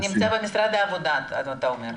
זה כבר נמצא במשרד העבודה, אתה אומר.